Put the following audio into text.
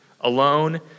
alone